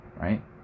right